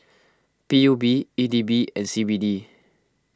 P U B E D B and C B D